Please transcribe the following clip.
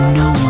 no